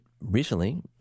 recently